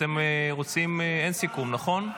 נכון?